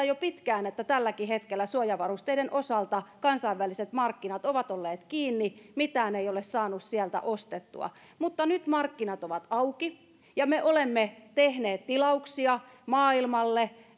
jo pitkään että tälläkin hetkellä suojavarusteiden osalta kansainväliset markkinat ovat olleet kiinni mitään ei ole saanut sieltä ostettua mutta nyt markkinat ovat auki ja me olemme tehneet tilauksia maailmalle